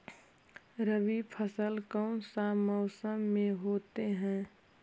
रवि फसल कौन सा मौसम में होते हैं?